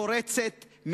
קורצת,